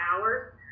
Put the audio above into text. hours